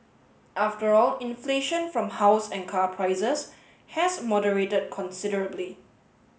after all inflation from house and car prices has moderated considerably